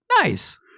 Nice